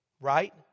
Right